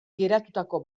geratutako